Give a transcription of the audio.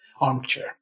armchair